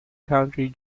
country